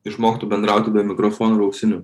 išmoktų bendrauti be mikrofonų ir auksinių